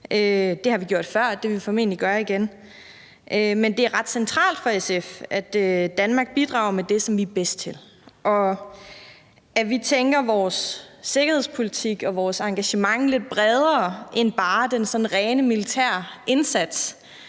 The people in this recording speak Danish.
det har vi gjort før, og det vil vi formentlig gøre igen. Men det er ret centralt for SF, at Danmark bidrager med det, som vi er bedst til, og at vi tænker vores sikkerhedspolitik og vores engagement lidt bredere end bare den sådan rene militære indsats.